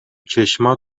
چشمات